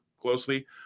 closely